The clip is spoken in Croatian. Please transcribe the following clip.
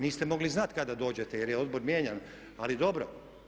Niste mogli znati kada da dođete jer je odbor mijenjan, ali dobro.